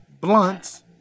blunts